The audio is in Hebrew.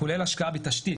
כולל השקעה בתשתית,